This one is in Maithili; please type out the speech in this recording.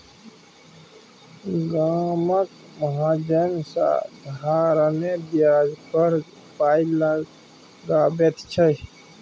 गामक महाजन साधारणे ब्याज पर पाय लगाबैत छै